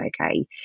okay